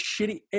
shitty